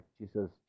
Jesus